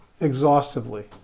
exhaustively